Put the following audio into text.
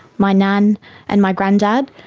my nan and my grandad.